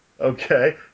Okay